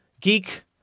geek